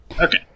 Okay